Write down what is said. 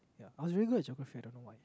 ya I was very good at geography I don't know why